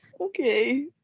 okay